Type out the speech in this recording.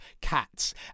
cats